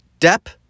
Depp